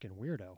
weirdo